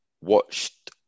watched